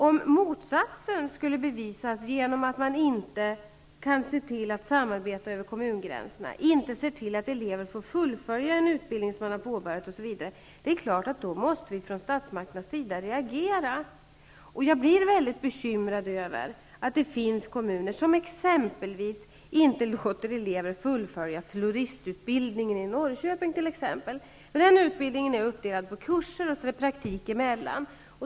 Om motsatsen skulle visa sig vara fallet och man alltså inte samarbetar över kommungränserna och inte ser till att elever får fullfölja en utbildning som de påbörjat, måste statsmakterna självfallet reagera. Jag blir bekymrad över att det finns kommuner som exempelvis inte låter elever fullfölja floristutbildningen i Norrköping. I denna utbildning varvas teori och praktik.